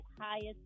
highest